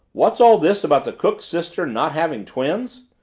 what's all this about the cook's sister not having twins?